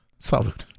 Salud